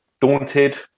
daunted